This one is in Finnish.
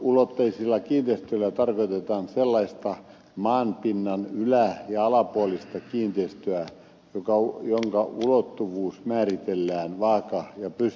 kolmiulotteisella kiinteistöllä tarkoitetaan sellaista maanpinnan ylä ja alapuolista kiinteistöä jonka ulottuvuus määritellään vaaka ja pystysuunnassa